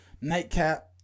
nightcap